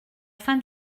fin